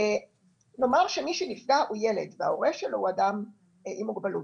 לומר שמי שנפגע הוא ילד וההורה שלו אדם עם מוגבלות,